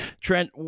Trent